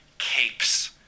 capes